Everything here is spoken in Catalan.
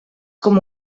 com